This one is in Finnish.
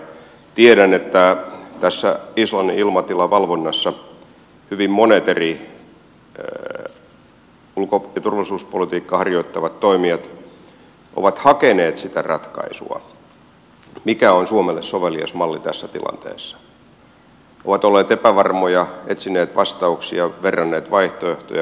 tiedän että tässä islannin ilmatilavalvonnassa hyvin monet eri ulko ja turvallisuuspolitiikkaa harjoittavat toimijat ovat hakeneet sitä ratkaisua mikä on suomelle sovelias malli tässä tilanteessa ovat olleet epävarmoja etsineet vastauksia verranneet vaihtoehtoja punninneet tilannetta